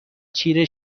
چیره